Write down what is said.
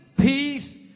peace